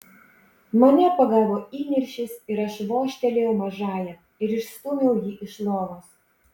mane pagavo įniršis ir aš vožtelėjau mažajam ir išstūmiau jį iš lovos